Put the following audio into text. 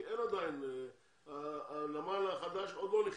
כי הנמל החדש עוד לא נכנס,